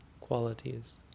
qualities